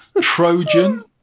Trojan